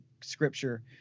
scripture